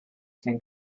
can